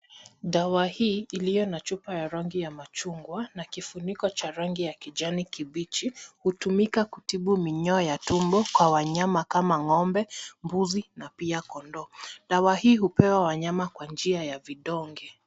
Dawa hii iliyo na chupa ya rangi ya machungwa na kifuniko cha rangi ya kijani-kibichi hutumika kutibu minyoo ya tumbo kwa wanyama kama ng'ombe, mbuzi na pia kondoo. Dawa hiyo hupewa wanyama kwa njia ya vidonge.